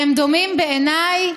והם דומים בעיניי